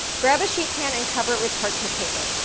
grab a sheet pan and cover it with parchment paper,